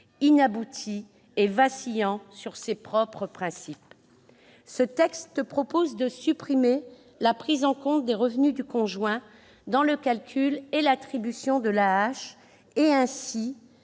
inaboutie et vacillant sur ses propres principes. Ce texte tend à supprimer la prise en compte des revenus du conjoint dans le calcul et dans l'attribution de l'AAH afin